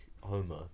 Homer